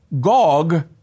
Gog